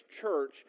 church